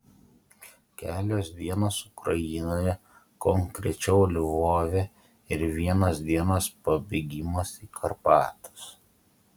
kelios dienos ukrainoje konkrečiau lvove ir vienos dienos pabėgimas į karpatus